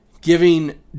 giving